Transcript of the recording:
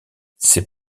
ses